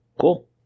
Cool